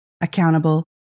accountable